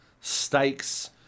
stakes